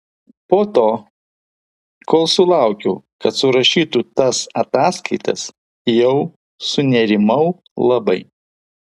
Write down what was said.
po to kol sulaukiau kad surašytų tas ataskaitas jau sunerimau labai